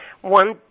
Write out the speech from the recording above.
one